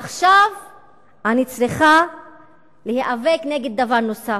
מה זאת אומרת שאנחנו כל הזמן נאבקים למען זכויותינו?